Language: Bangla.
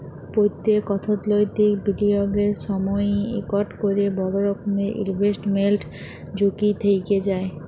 প্যত্তেক অথ্থলৈতিক বিলিয়গের সময়ই ইকট ক্যরে বড় রকমের ইলভেস্টমেল্ট ঝুঁকি থ্যাইকে যায়